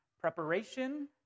Preparation